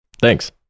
Thanks